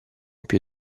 più